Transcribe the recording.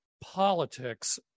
politics